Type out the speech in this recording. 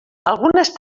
algunes